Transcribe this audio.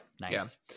nice